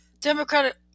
Democratic